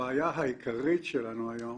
הבעיה העיקרית שלנו היום,